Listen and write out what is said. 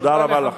תודה רבה לכם.